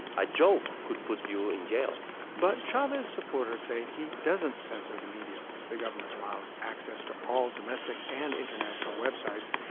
a joke could put you in jail but chavez supporters say he doesn't censor the media the government allows access to all domestic and international websites.